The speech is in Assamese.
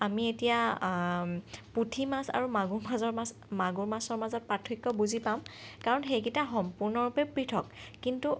আমি এতিয়া পুঠি মাছ আৰু মাগুৰ মাছৰ মাছ মাগুৰ মাছৰ মাজত পাৰ্থক্য বুজি পাম কাৰণ সেইকেইটা সম্পূৰ্ণভাৱে পৃথক কিন্তু